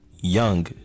young